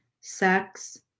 sex